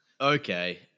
Okay